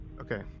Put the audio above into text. Okay